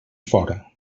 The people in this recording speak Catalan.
fora